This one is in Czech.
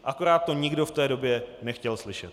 Akorát to nikdo v té době nechtěl slyšet.